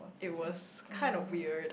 it was kind of weird